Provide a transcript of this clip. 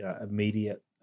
immediate